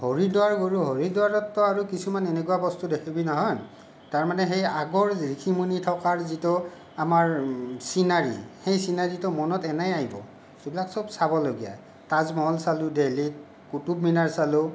হৰিদুৱাৰ গ'লো হৰিদুৱাৰতো আৰু কিছুমান এনেকুৱা বস্তু দেখিবি নহয় তাৰমানে সেই আগৰ যে ঋষি মুনি থকাৰ যিটো আমাৰ চিনাৰি সেই চিনাৰিটো মনত এনেই আহিব সেইবিলাক চব চাবলগীয়া তাজমহল চালোঁ দেল্হিত কুটুব মিনাৰ চালোঁ